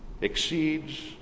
exceeds